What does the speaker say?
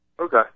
Okay